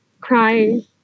crying